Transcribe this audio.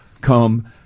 come